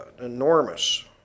enormous